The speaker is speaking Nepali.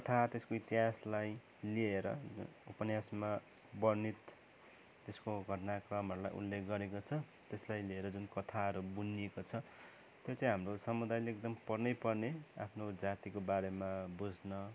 त्यसको कथा त्यसको इतिहासलाई लिएर उपन्यासमा वर्णित त्यसको घटना क्रमहरूलाई उल्लेख गरेको छ त्यसलाई लिएर जुन कथाहरू बुनिएको छ त्यो चाहिँ हाम्रो समुदायले एकदम पढ्नै पर्ने आफ्नो जातिको बारेमा बुझ्न